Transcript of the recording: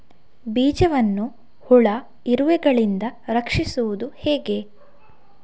ಬೀಜವನ್ನು ಹುಳ, ಇರುವೆಗಳಿಂದ ರಕ್ಷಿಸುವುದು ಹೇಗೆ?